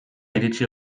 iritsi